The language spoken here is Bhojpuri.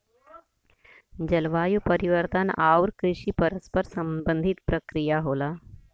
जलवायु परिवर्तन आउर कृषि परस्पर संबंधित प्रक्रिया होला